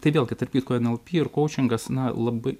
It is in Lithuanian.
tai vėlgi tarp kitko nlp ir kaučingas na labai